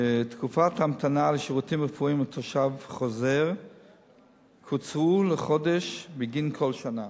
ותקופת ההמתנה לשירותים רפואיים לתושב חוזר קוצרה לחודש בגין כל שנה,